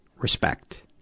respect